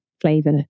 flavor